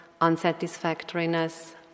unsatisfactoriness